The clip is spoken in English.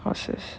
horses